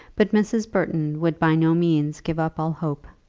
but mrs. burton would by no means give up all hope.